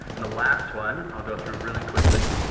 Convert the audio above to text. and the last one i will go through really quickly